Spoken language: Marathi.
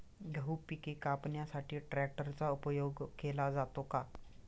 गहू पिके कापण्यासाठी ट्रॅक्टरचा उपयोग केला जातो का?